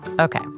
Okay